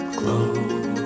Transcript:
close